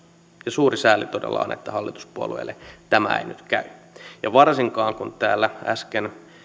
suuri sääli todella on että hallituspuolueille tämä ei nyt käy varsinkaan kun täällä äsken